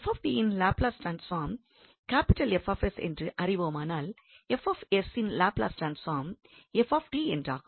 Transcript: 𝑓𝑡 யின் Laplace transform 𝐹𝑠 என்று அறிவோமானால் 𝐹𝑠 யின் லாப்லஸ் ட்ரான்ஸ்பார்ம் 𝑓𝑡 என்றாகும்